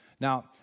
Now